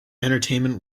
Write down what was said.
entertainment